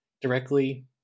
directly